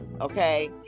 okay